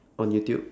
on youtube